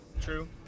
True